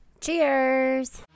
cheers